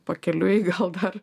pakeliui gal dar